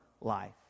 life